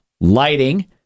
lighting